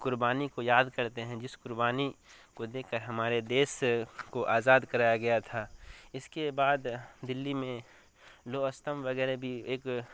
قربانی کو یاد کرتے ہیں جس قربانی کو دیکھ کر ہمارے دیش کو آزاد کرایا گیا تھا اس کے بعد دلی میں لوہ استمبھ وغیرہ بھی ایک